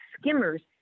skimmers